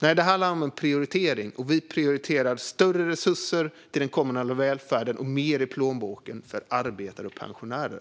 Nej, detta handlar om prioritering, och vi prioriterar större resurser till den kommunala välfärden och mer i plånboken för arbetare och pensionärer.